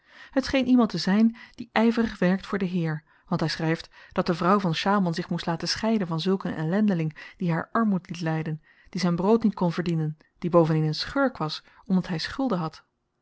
scheen iemand te zyn die yverig werkt voor den heer want hy schreef dat de vrouw van sjaalman zich moest laten scheiden van zulk een ellendeling die haar armoed liet lyden die zyn brood niet kon verdienen die bovendien een schurk was omdat hy schulden had